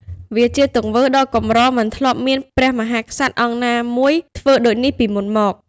វាជាទង្វើដ៏កម្រមិនធ្លាប់មានព្រះមហាក្សត្រអង្គណាមួយធ្វើដូចនេះពីមុនមក។